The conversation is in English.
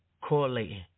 correlating